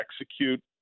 execute